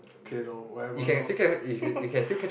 okay lor whatever lor